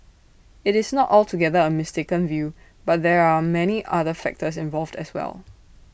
IT is not altogether A mistaken view but there are many other factors involved as well